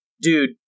dude